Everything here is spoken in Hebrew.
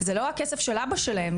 זה לא הכסף של אבא שלהם,